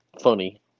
funny